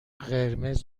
قرمز